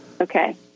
okay